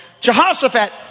jehoshaphat